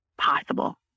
possible